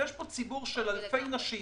יש פה ציבור של אלפי נשים,